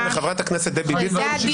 לחברת הכנסת דבי ביטון לומר את אשר על ליבה.